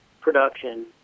production